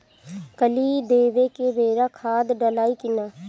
कली देवे के बेरा खाद डालाई कि न?